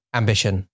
ambition